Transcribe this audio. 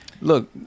look